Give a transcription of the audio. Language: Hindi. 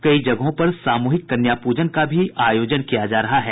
कई जगहों पर सामूहिक कन्या पूजन का भी आयोजन किया जा रहा है